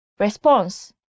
.response